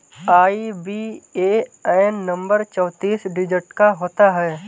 IBAN number चौतीस digit का होता है